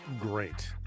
Great